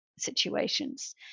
situations